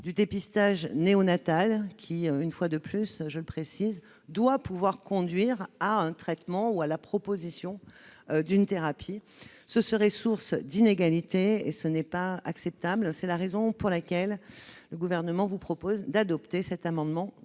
du dépistage néonatal. Une fois de plus, je le précise, ce dépistage doit pouvoir conduire à un traitement ou à la proposition d'une thérapie. Un tel article serait source d'inégalités, ce qui n'est pas acceptable. C'est la raison pour laquelle le Gouvernement vous propose d'adopter cet amendement